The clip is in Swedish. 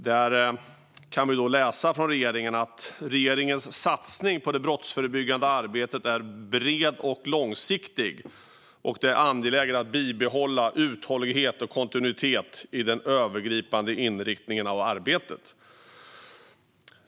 Vi kan där läsa att regeringens satsning på det brottsförebyggande arbetet är bred och långsiktig och att det är angeläget att bibehålla uthållighet och kontinuitet i den övergripande inriktningen av arbetet.